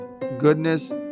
goodness